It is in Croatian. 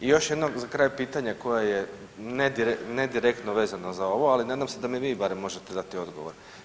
I još jedno za kraj pitanje koje je nedirektno vezano za ovo, ali nadam se da nam barem vi možete dati odgovor.